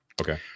Okay